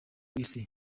isi